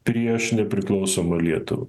prieš nepriklausomą lietuvą